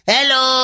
Hello